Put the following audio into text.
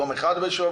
יום אחד בשבוע,